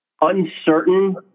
Uncertain